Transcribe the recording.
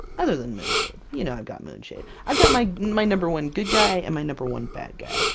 other than moonshade. you know i've got moonshade! i've got my my number one good guy, and my number one bad guy!